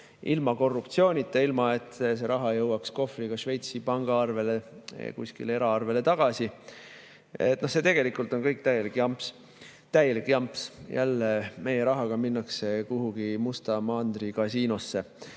ilma korruptsioonita, ilma et see raha jõuaks kohvriga Šveitsi pangaarvele, kuskile eraarvele tagasi. See tegelikult on kõik täielik jamps. Täielik jamps! Jälle meie rahaga minnakse kuhugi Musta Mandri kasiinosse.